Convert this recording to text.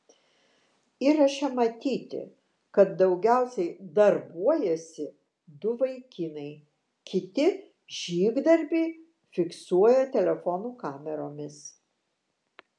įraše matyti kad daugiausiai darbuojasi du vaikinai kiti žygdarbį fiksuoja telefonų kameromis